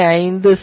5 செ